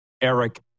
Eric